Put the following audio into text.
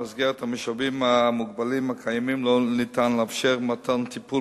במסגרת המשאבים המוגבלים הקיימים לא ניתן לאפשר מתן טיפול